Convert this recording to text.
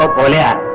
ah bhola.